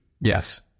Yes